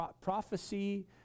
prophecy